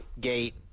gate